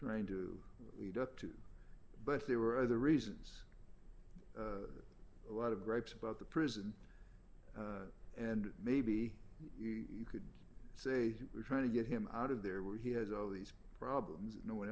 trying to lead up to but there were other reasons a lot of gripes about the prison and maybe you could say we're trying to get him out of there where he has all these problems no one